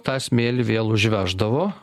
tą smėlį vėl užveždavo